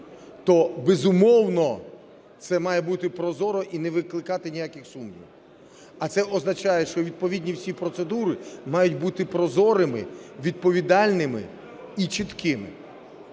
то, безумовно, це має бути прозоро і не викликати ніяких сумнівів. А це означає, що відповідні всі процедури мають бути прозорими, відповідальними і чіткими.